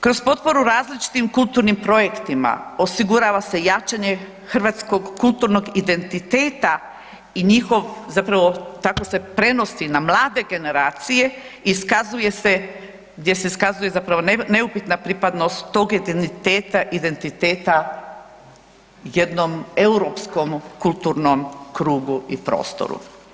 Kroz potporu različitim kulturnim projektima, osigurava se jačanje hrvatskog kulturnog identiteta i njihov zapravo, tako se prenosi na mlade generacije gdje se iskazuje zapravo neupitna pripadnost tog ... identiteta jednom europskom kulturnom krugu i prostoru.